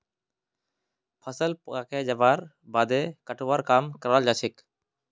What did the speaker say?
फसल पाके जबार बादे कटवार काम कराल जाछेक